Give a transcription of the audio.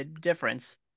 difference